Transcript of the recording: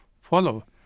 follow